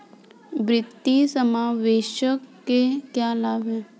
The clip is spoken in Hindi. वित्तीय समावेशन के क्या लाभ हैं?